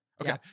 Okay